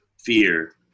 fear